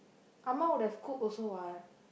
amma would have cooked also what